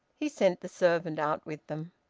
he sent the servant out with them.